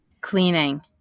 Cleaning